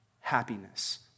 happiness